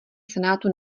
senátu